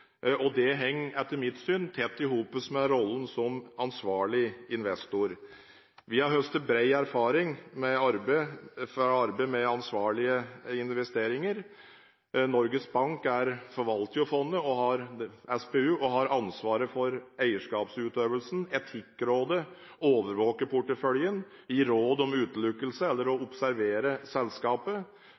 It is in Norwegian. og det henger etter mitt syn tett i hop med rollen som ansvarlig investor. Vi har høstet bred erfaring med arbeidet med ansvarlige investeringer. Norges Bank forvalter SPU og har ansvaret for eierskapsutøvelsen. Etikkrådet overvåker porteføljen og gir råd om utelukkelse eller observasjon av selskapet. Finansdepartementet, som eier SPU, har ansvaret for å